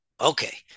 Okay